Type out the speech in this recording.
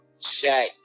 Shaq